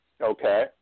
okay